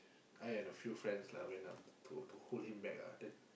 I and a few friend lah went up to to hold him back ah then